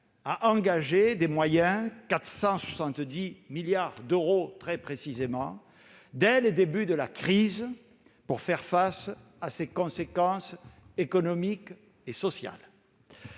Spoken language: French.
à engager des moyens- 470 milliards d'euros, très précisément -dès le début de la crise, pour faire face à ses conséquences économiques et sociales.